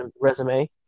resume